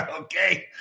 Okay